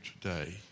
today